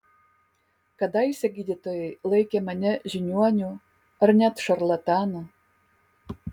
kadaise gydytojai laikė mane žiniuoniu ar net šarlatanu